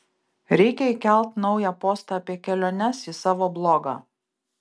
reikia įkelt naują postą apie keliones į savo blogą